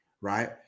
right